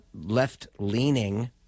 left-leaning